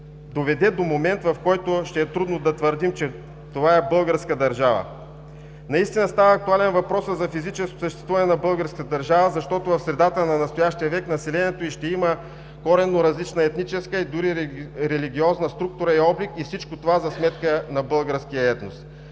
доведе до момент, в който ще е трудно да твърдим, че това е българска държава. Наистина става актуален въпросът за физическото съществуване на българската държава, защото в средата на настоящия век населението й ще има коренно различна, и дори религиозна структура и облик, и всичко това за сметка на българския етнос.